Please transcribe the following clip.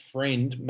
Friend